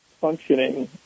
functioning